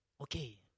Okay